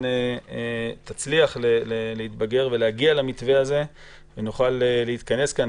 תצליח להתבגר ולהגיע למתווה הזה ונוכל להתכנס כאן,